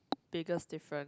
biggest difference